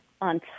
on